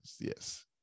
yes